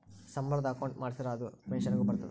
ಸಂಬಳದ ಅಕೌಂಟ್ ಮಾಡಿಸಿದರ ಅದು ಪೆನ್ಸನ್ ಗು ಬರ್ತದ